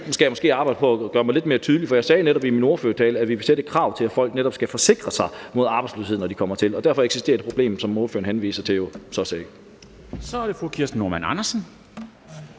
skal jeg måske arbejde på at gøre mig lidt mere tydelig, for jeg sagde netop i min ordførertale, at vi vil stille et krav om, at folk skal forsikre sig mod arbejdsløshed, når de kommer til, og derfor eksisterer det problem, som ordføreren henviser til, jo sådan set